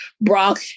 Brock